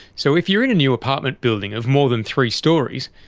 so if you're in a new apartment building of more than three storeys,